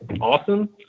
awesome